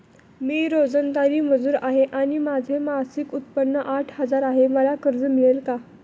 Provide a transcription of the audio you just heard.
मी रोजंदारी मजूर आहे आणि माझे मासिक उत्त्पन्न आठ हजार आहे, मला कर्ज मिळेल का?